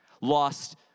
Lost